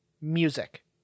music